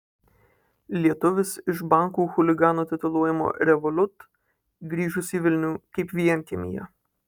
lietuvis iš bankų chuliganu tituluojamo revolut grįžus į vilnių kaip vienkiemyje